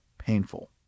painful